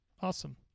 Awesome